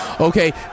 Okay